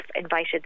invited